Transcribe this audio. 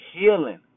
healing